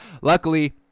Luckily